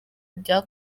rya